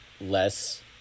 less